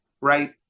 Right